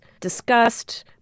discussed